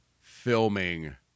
filming